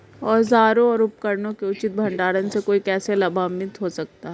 औजारों और उपकरणों के उचित भंडारण से कोई कैसे लाभान्वित हो सकता है?